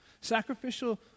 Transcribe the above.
Sacrificial